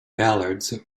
ballads